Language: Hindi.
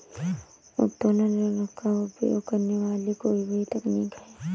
उत्तोलन ऋण का उपयोग करने वाली कोई भी तकनीक है